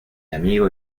amigo